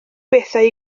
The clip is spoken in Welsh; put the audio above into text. bethau